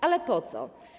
Ale po co?